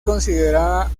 considerada